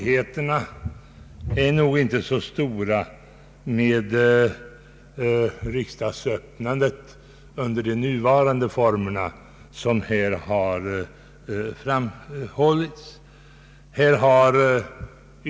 Herr talman! Svårigheterna med riksdagsöppnandet under de nuvarande formerna är nog inte så stora som här har påståtts.